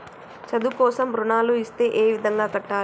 చదువు కోసం రుణాలు ఇస్తే ఏ విధంగా కట్టాలి?